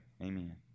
amen